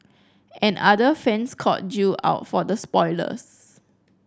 and other fans called Jill out for the spoilers